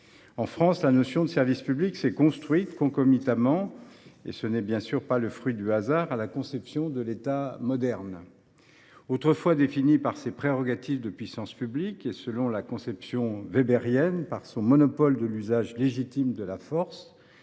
En France, la notion de service public s’est construite concomitamment – ce n’est bien sûr pas le fruit du hasard – à la conception de l’État moderne. Autrefois défini par ses prérogatives de puissance publique et, selon la conception wébérienne, par son monopole de l’usage légitime de la force,